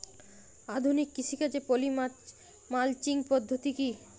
আধুনিক কৃষিকাজে poly mulching পদ্ধতি কি?